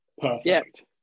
Perfect